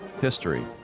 history